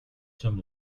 some